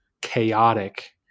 chaotic